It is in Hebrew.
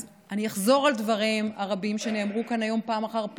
אז אני אחזור על הדברים הרבים שנאמרו כאן פעם אחר פעם,